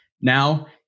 Now